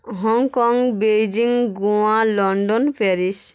Hong Kong Beijing Goa London Paris